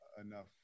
enough